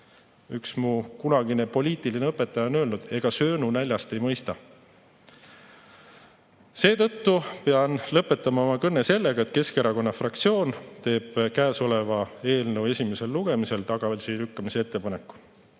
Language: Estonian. Üks mu kunagine poliitiline õpetaja on öelnud: "Ega söönu näljast ei mõista." Seetõttu pean lõpetama oma kõne sellega, et Keskerakonna fraktsioon teeb käesoleva eelnõu esimesel lugemisel tagasilükkamise ettepaneku.